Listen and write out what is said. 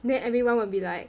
then everyone will be like